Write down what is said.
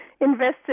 invested